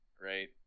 right